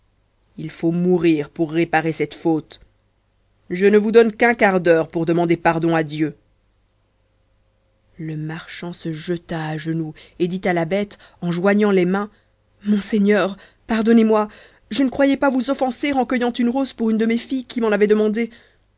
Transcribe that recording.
il faut mourir pour réparer cette faute je ne vous donne qu'un quart d'heure pour demander pardon à dieu le marchand se jeta à genoux et dit à la bête en joignant les mains monseigneur pardonnez-moi je ne croyais pas vous offenser en cueillant une rose pour une de mes filles qui m'en avait demandé